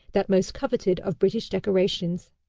that most coveted of british decorations.